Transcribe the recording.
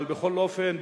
אבל בכל אופן,